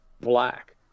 black